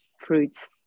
fruits